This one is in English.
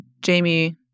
Jamie